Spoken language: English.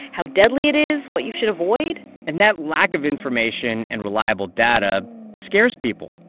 how deadly it is, what you should avoid and that lack of information and reliable data scares people.